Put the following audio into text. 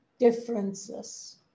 differences